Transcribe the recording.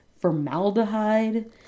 formaldehyde